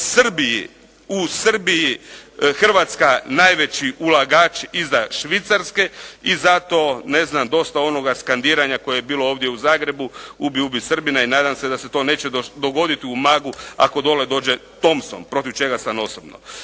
u Srbiji Hrvatska najveći ulagač iza Švicarske i zato dosta onoga skandiranja koje je bilo ovdje u Zagrebu "ubi, ubi Srbina" i nadam se da se to neće dogoditi u Umagu ako dole dođe Thompson protiv čega sam osobno.